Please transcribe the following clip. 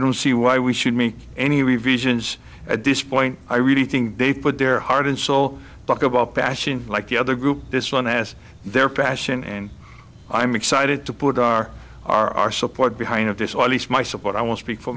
don't see why we should make any revisions at this point i really think they put their heart and soul talk about passion like the other group this one has their passion and i'm excited to put our our our support behind of this or at least my support i want speak for